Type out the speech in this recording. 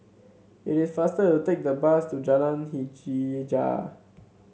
it is faster to take the bus to Jalan Hajijah